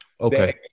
Okay